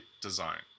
design